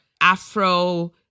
Afro